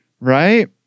right